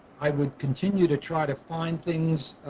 i would continue to try to find things